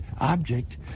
object